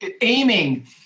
aiming